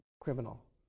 criminal